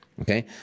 okay